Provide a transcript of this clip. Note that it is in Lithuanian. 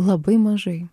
labai mažai